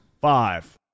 Five